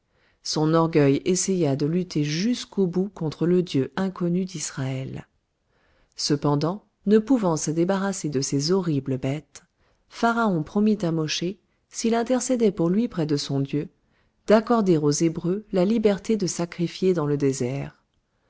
son orgueil essaya de lutter jusqu'au bout contre le dieu inconnu d'israël cependant ne pouvant se débarrasser de ces horribles bêtes pharaon promit à mosché s'il intercédait pour lui près de son dieu d'accorder aux hébreux la liberté de sacrifier dans le désert